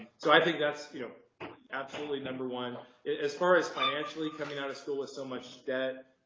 so i think that's you know absolutely number one as far as financially coming out of school with so much debt